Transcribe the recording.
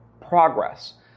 progress